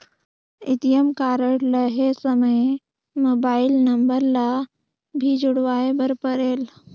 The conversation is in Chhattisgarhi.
ए.टी.एम कारड लहे समय मोबाइल नंबर ला भी जुड़वाए बर परेल?